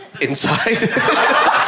Inside